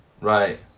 Right